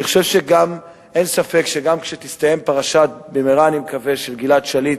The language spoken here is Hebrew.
אני חושב שאין ספק שגם כשתסתיים פרשת גלעד שליט,